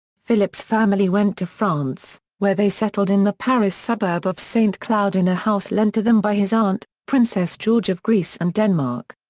philip's family went to france, where they settled in the paris suburb of saint-cloud in a house lent to them by his aunt, princess george of greece and denmark.